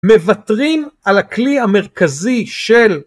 מוותרים על הכלי המרכזי של